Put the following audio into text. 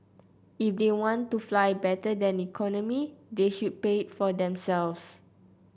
if they want to fly better than economy they should pay for it themselves